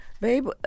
babe